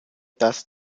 das